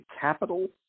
capital